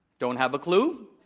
don't have a clue,